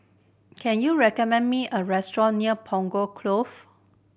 can you recommend me a restaurant near Punggol Cove